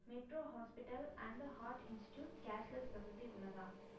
metro Hospital and Heart Institute cashless வசதி உள்ளதா